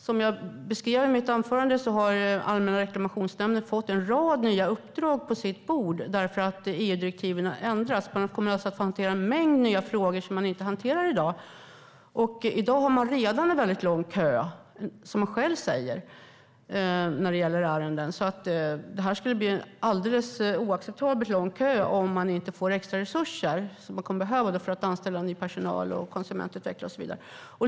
Som jag beskrev i mitt anförande har Allmänna reklamationsnämnden fått en rad nya uppdrag på sitt bord eftersom EU-direktiven har ändrats. Man kommer alltså att hantera en mängd nya frågor som man inte hanterar i dag. Redan i dag har man, som man själv säger, en väldigt lång kö när det gäller ärenden. Det skulle bli en alldeles oacceptabelt lång kö om man inte får extra resurser, vilket man kommer att behöva för att anställa ny personal, konsumentutveckla och så vidare.